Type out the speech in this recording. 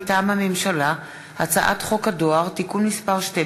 מטעם הממשלה: הצעת חוק הדואר (תיקון מס' 12)